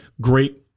great